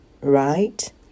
right